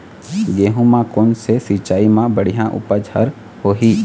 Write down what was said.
गेहूं म कोन से सिचाई म बड़िया उपज हर होही?